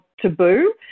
taboo